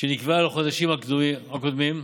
שנקבעה לחודשים הקודמים,